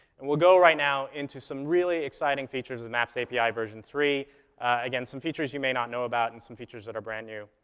and we'll go right now into some really exciting features of and maps api version three again, some features you may not know about and some features that are brand-new.